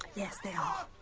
yes they are.